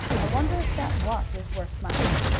i wonder if that watch is worth much.